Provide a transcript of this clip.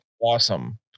awesome